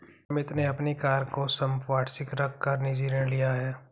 अमित ने अपनी कार को संपार्श्विक रख कर निजी ऋण लिया है